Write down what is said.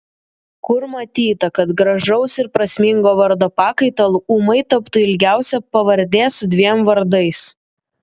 kur matyta kad gražaus ir prasmingo vardo pakaitalu ūmai taptų ilgiausia pavardė su dviem vardais